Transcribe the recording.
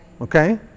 okay